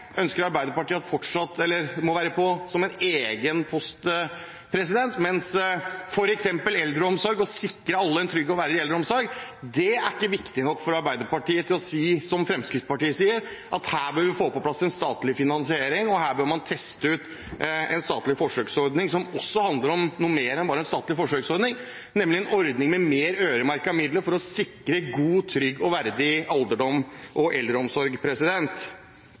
ønsker at akkurat det skal være en egen post, mens f.eks. eldreomsorg, å sikre alle en trygg og verdig eldreomsorg, ikke er viktig nok for Arbeiderpartiet til å si – som Fremskrittspartiet – at her bør vi få på plass en statlig finansiering, og her bør man teste ut en statlig forsøksordning, som handler om noe mer, det er nemlig en ordning med flere øremerkede midler for å sikre en god, trygg og verdig alderdom og eldreomsorg.